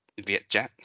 Vietjet